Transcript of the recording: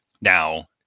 now